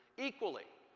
equally,